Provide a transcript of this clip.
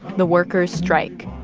the workers strike,